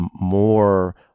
more